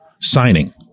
signing